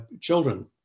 children